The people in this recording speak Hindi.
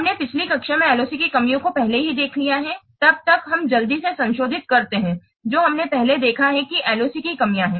हमने पिछली कक्षा में LOC की कमियों को पहले ही देख लिया है तब तक हम जल्दी से संशोधित करते हैं जो हमने पहले देखा है कि LOC की कमियां हैं